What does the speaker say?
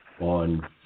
on